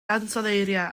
ansoddeiriau